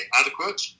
adequate